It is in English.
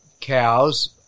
cows